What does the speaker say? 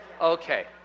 Okay